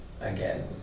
Again